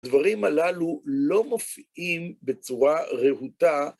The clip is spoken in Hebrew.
דברים הללו לא מופיעים בצורה רהוטה.